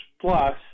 plus